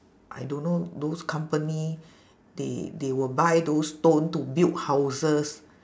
I don't know those company they they will buy those stone to build houses